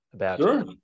Sure